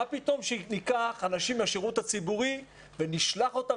מה פתאום שניקח אנשים מן השירות הציבורי ונשלח אותם